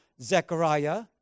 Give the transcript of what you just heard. Zechariah